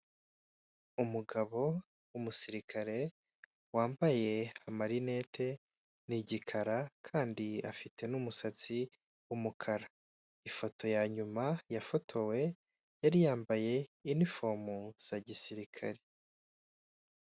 Umugabo umusirikare, wambaye amarinete, ni igikara kandi afite n'umusatsi w'umukara, ifoto yayuma yafotowe yari yambaye iniformu za gisirikare.